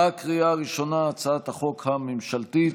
בקריאה הראשונה, הצעת החוק הממשלתית.